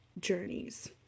journeys